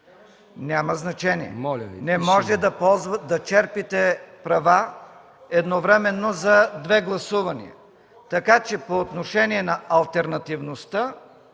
Няма значение. Не може да черпите права едновременно за две гласувания. Така че по отношение на алтернативността